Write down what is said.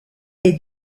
est